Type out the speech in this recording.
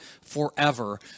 forever